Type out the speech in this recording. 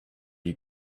you